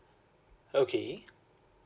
okay